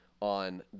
on